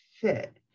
fit